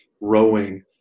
rowing